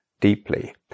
deeply